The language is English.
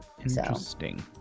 Interesting